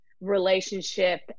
relationship